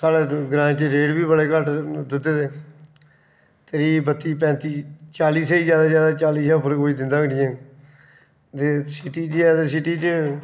साढ़े ग्राएं च रेट बी बड़े घट्ट न दुद्धै दे त्रीह् बत्ती पैंती चाली स्हेई जैदा शा जैदा एह्दे उप्पर कोई दिंदा गै नेईं ऐ ते सिटी ऐ ते सिटी च